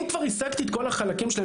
אם כבר השגתי את כל החלקים שלהם,